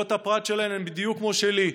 זכויות הפרט שלהם הן בדיוק כמו שלי.